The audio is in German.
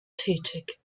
tätig